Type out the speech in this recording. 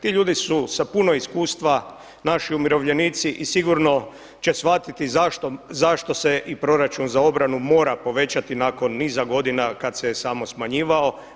Ti ljudi su sa puno iskustva, naši umirovljenici i sigurno će shvatiti zašto se i proračun za obranu mora povećati nakon niza godina kad se samo smanjivao.